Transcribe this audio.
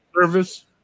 service